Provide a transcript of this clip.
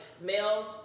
male's